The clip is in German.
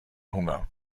hunger